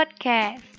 Podcast